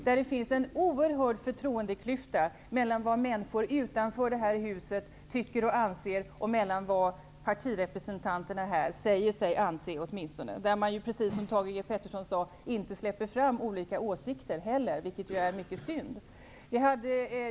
Det finns en oerhörd förtroendeklyfta mellan vad människor utanför det här huset tycker och anser och vad partirepresentanterna här åtminstone säger sig anse. Precis som Thage G. Peterson sade, släpper man inte heller fram olika åsikter, vilket är mycket synd.